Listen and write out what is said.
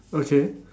okay